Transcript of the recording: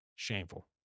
Shameful